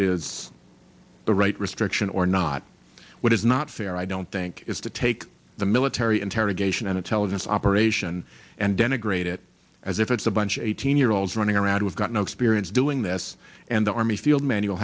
is the right restriction or not what is not fair i don't think is to take the military interrogation and intelligence operation and denigrate it as if it's a bunch of eighteen year olds running around we've got no experience doing this and the army field manual